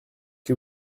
que